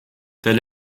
tel